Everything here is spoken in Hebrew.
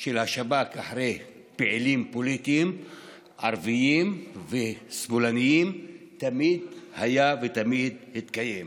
של השב"כ אחרי פעילים פוליטיים ערבים ושמאלנים תמיד היה ותמיד התקיים.